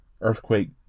Earthquake